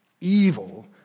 Evil